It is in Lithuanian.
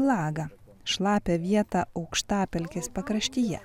lagą šlapią vietą aukštapelkės pakraštyje